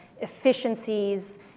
efficiencies